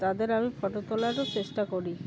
তাদের আমি ফটো তোলারও চেষ্টা করি